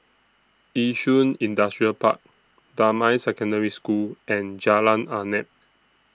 Yishun Industrial Park Damai Secondary School and Jalan Arnap